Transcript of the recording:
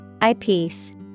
Eyepiece